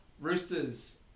Roosters